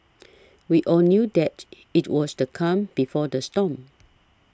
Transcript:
we all knew that it was the calm before the storm